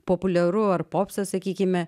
populiaru ar popsas sakykime